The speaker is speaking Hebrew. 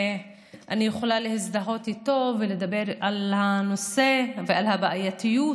ואני יכולה להזדהות איתו ולדבר על הנושא ועל הבעייתיות